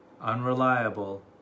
unreliable